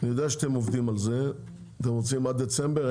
אני יודע שאתם עובדים על זה, אתם רוצים עד דצמבר?